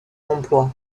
emploi